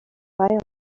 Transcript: flung